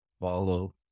follow